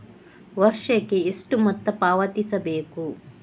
ವರ್ಷಕ್ಕೆ ಎಷ್ಟು ಮೊತ್ತ ಪಾವತಿಸಬೇಕು?